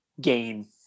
gain